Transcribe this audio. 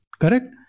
Correct